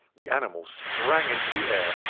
the animal sprang into the air,